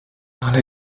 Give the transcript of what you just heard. ale